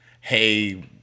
hey